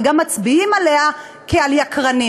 וגם מצביעים עליה כעל יקרנים,